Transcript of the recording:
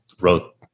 wrote